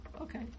okay